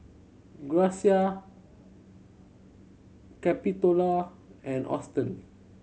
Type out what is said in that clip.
Gracia Capitola and Auston